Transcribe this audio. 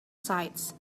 sides